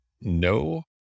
No